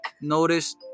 notice